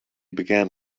began